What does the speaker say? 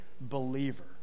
believer